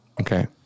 okay